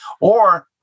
Or-